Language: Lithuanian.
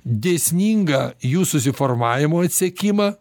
dėsningą jų susiformavimo siekimą